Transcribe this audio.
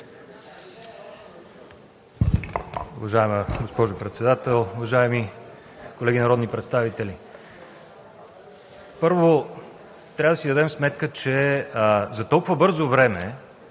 Уважаема госпожо Председател, уважаеми колеги народни представители! Първо, трябва да си дадем сметка, че за толкова бързо време